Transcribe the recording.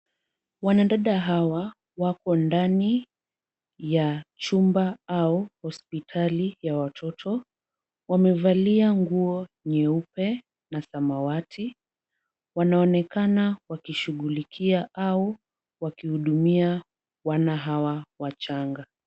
Wanadada hawa wapo ndani ya chumba au hospitali ya watoto. Wamevalia nguo nyeupe na samawati. Wanaonekana wakishughulikia au wakihudumia wana hawa wachanga.